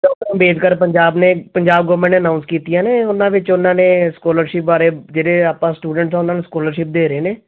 ਅੰਬੇਦਕਰ ਪੰਜਾਬ ਨੇ ਪੰਜਾਬ ਗੌਰਮੈਂਟ ਨੇ ਅਨਾਊਂਸ ਕੀਤੀਆਂ ਨੇ ਉਹਨਾਂ ਵਿੱਚ ਉਹਨਾਂ ਨੇ ਸਕੋਲਰਸ਼ਿਪ ਬਾਰੇ ਜਿਹੜੇ ਆਪਾਂ ਸਟੂਡੈਂਟਸ ਹਾਂ ਉਹਨਾਂ ਨੂੰ ਸਕੋਲਰਸ਼ਿਪ ਦੇ ਰਹੇ ਨੇ